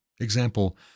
example